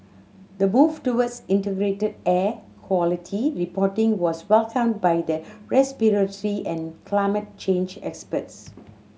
the move towards integrated air quality reporting was welcomed by the respiratory and climate change experts